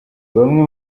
bamwe